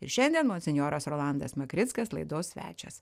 ir šiandien monsinjoras rolandas makrickas laidos svečias